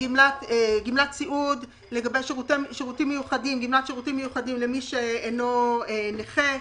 גמלת סיעוד, גמלת שירותים מיוחדים למי שאינו נכה.